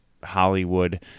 Hollywood